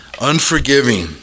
Unforgiving